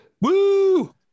Woo